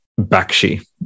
Bakshi